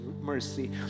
mercy